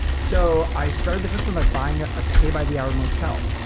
so, i started the first one by buying a ah pay-by-the-hour motel.